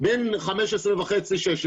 בן 15 וחצי-16,